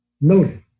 noted